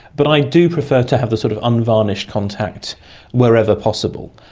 but i do prefer to have the sort of unvarnished contact wherever possible.